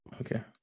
okay